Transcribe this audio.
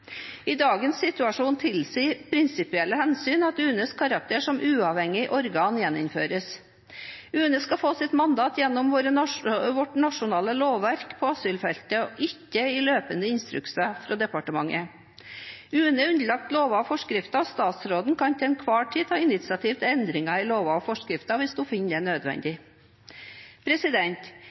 I dagens situasjon tilsier prinsipielle hensyn at UNEs karakter av å være uavhengig organ gjeninnføres. UNE skal få sitt mandat gjennom vårt nasjonale lovverk på asylfeltet og ikke i løpende instrukser fra departementet. UNE er underlagt lover og forskrifter. Statsråden kan til enhver tid ta initiativ til endringer i lover og forskrifter hvis hun finner det nødvendig.